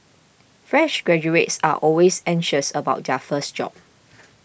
fresh graduates are always anxious about their first job